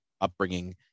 upbringing